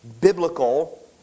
biblical